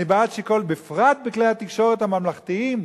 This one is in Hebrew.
בפרט בכלי התקשורת הממלכתיים,